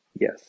Yes